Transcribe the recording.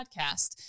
podcast